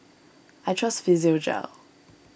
I trust Physiogel